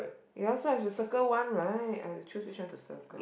ya so I have to circle one right I have to choose which one to circle